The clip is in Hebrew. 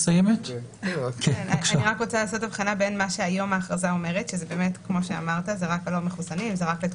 אני לא בטוח לגבי האמירה הנחרצת של ירידה גורפת מעניין של אזהרות וישר